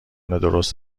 درست